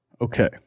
Okay